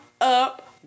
Up